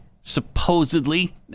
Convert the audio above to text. supposedly